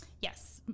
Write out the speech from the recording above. Yes